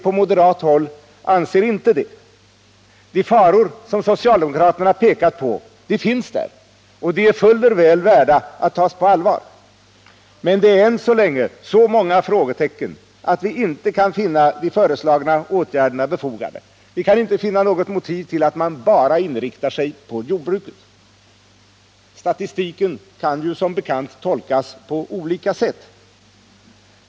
På moderat håll anser vi inte det. De faror socialdemokraterna pekar på existerar, och de är fuller väl värda att tas på allvar. Men än så länge finns det så många frågetecken att vi inte kan finna de föreslagna åtgärderna befogade. Vi kan inte finna något motiv för att man bara inriktar sig på jordbruket. Statistiken kan som bekant tolkas på olika sätt.